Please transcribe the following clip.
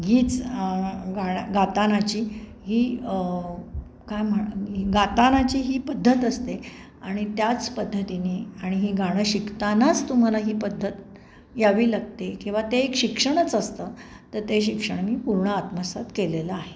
हीच गाण्या गातानाची ही काय म्हणू गातानाची ही पद्धत असते आणि त्याच पद्धतीने आणि ही गाणं शिकतानाच तुम्हाला ही पद्धत यावी लागते किंवा ते एक शिक्षणच असतं तर ते शिक्षण मी पूर्ण आत्मसात केलेलं आहे